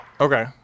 Okay